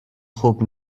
خوب